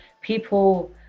people